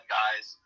guys